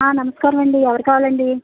నమస్కారం అండి ఎవరు కావాలి అండి